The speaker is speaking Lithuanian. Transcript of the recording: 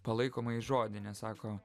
palaikomąjį žodį nes sako